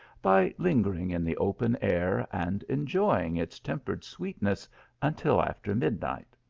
by lingering in the open air and enjoying its tempered sweetness until after midnight.